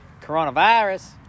Coronavirus